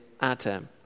Adam